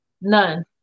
none